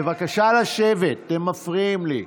בבקשה לשבת, אתם מפריעים לי,